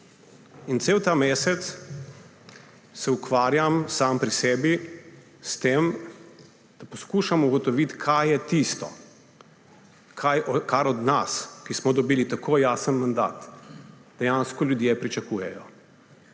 dan. Ves ta mesec se ukvarjam sam pri sebi s tem, da poskušam ugotoviti, kaj je tisto, kar od nas, ki smo dobili tako jasen mandat, dejansko ljudje pričakujejo.